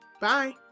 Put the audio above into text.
Bye